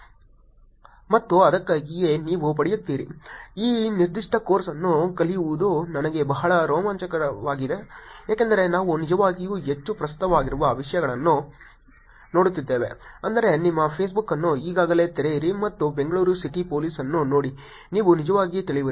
ಮತ್ತು ಅದಕ್ಕಾಗಿಯೇ ನೀವು ಪಡೆಯುತ್ತೀರಿ ಈ ನಿರ್ದಿಷ್ಟ ಕೋರ್ಸ್ ಅನ್ನು ಕಲಿಸುವುದು ನನಗೆ ಬಹಳ ರೋಮಾಂಚನಕಾರಿಯಾಗಿದೆ ಏಕೆಂದರೆ ನಾವು ನಿಜವಾಗಿಯೂ ಹೆಚ್ಚು ಪ್ರಸ್ತುತವಾಗಿರುವ ವಿಷಯಗಳನ್ನು ನೋಡುತ್ತಿದ್ದೇವೆ ಅಂದರೆ ನಿಮ್ಮ ಫೇಸ್ಬುಕ್ ಅನ್ನು ಈಗಲೇ ತೆರೆಯಿರಿ ಮತ್ತು ಬೆಂಗಳೂರು ಸಿಟಿ ಪೋಲೀಸ್ ಅನ್ನು ನೋಡಿ ನೀವು ನಿಜವಾಗಿ ತಿಳಿಯುವಿರಿ